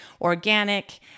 organic